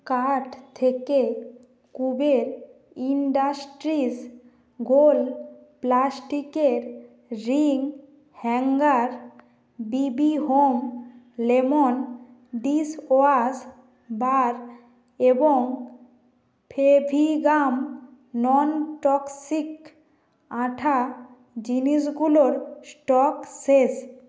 cart থেকে Kuber industries গোল প্লাস্টিকের ring hanger BB home lemon dishwash bar এবং ফেভিগাম ননটক্সিক আঠা জিনিসগুলোর স্টক শেষ